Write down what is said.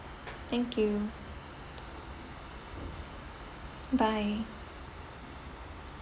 thank you bye